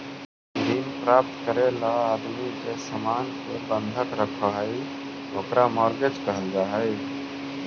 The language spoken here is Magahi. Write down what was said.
ऋण प्राप्त करे ला आदमी जे सामान के बंधक रखऽ हई ओकरा मॉर्गेज कहल जा हई